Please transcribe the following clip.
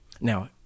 Now